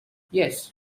yes